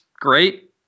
great